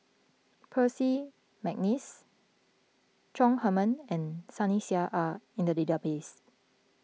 Percy McNeice Chong Heman and Sunny Sia are in the database